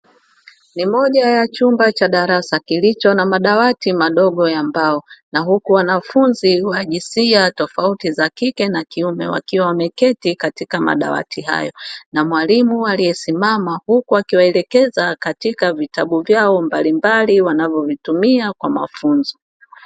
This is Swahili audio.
Ni moja ya chumba cha darasa kilicho na madawati madogo ya mbao, na huku wanafunzi wa jinsia tofauti za kike na kiume wakiwa wameketi katika madawati hayo, na mwalimu aliyesimama huku akiwaelekeza katika vitabu vyao mbalimbali wanavyovitumia kwa mafunzo.